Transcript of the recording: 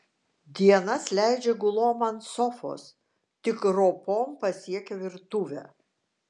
dienas leidžia gulom ant sofos tik ropom pasiekia virtuvę